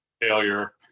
failure